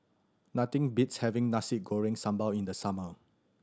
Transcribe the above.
nothing beats having Nasi Goreng Sambal in the summer